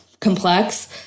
complex